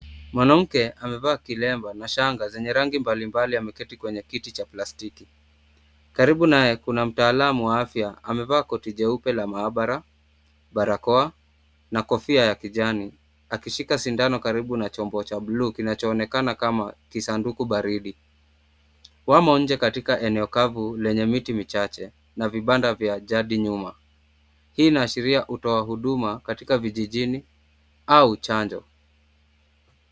Mwanamke amevaa kilemba na shanga zenye rangi mbali mbali ameketi kwenye kiti cha plastiki. Karibu naye kuna mtalamu wa afya amevaa koti jeupe la mahabara, barakoa na kofia ya kijani akishika sindano karibu na chombo cha blue kinachoonekana kama kisanduku baridi. Wamo nje katika eneo kavu lenye miti michache na vibanda ya jadi nyuma. Hii inaashiri utoa huduma katika vijijini au chanjo.